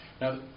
Now